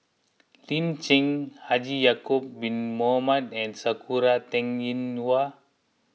Lin Chen Haji Ya'Acob Bin Mohamed and Sakura Teng Ying Hua